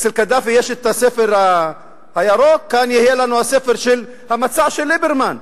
אצל קדאפי יש את "הספר הירוק"; כאן יהיה לנו הספר של המצע של ליברמן.